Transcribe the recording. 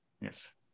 Yes